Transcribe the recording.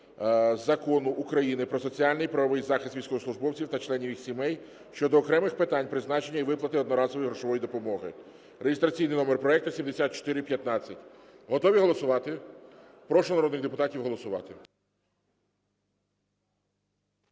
Закону України "Про соціальний і правовий захист військовослужбовців та членів їх сімей" (щодо окремих питань призначення і виплати одноразової грошової допомоги) (реєстраційний номер проекту 7415). Готові голосувати? Прошу народних депутатів голосувати.